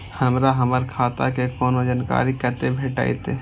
हमरा हमर खाता के कोनो जानकारी कते भेटतै